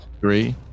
Three